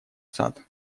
сад